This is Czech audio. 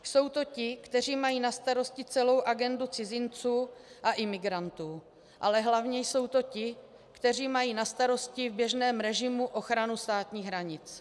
Jsou to ti, kteří mají na starosti celou agendu cizinců a imigrantů, ale hlavně jsou to ti, kteří mají na starosti v běžném režimu ochranu státních hranic.